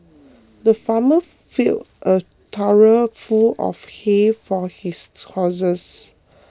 the farmer filled a trough full of hay for his horses